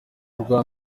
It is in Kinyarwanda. rwa